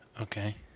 Okay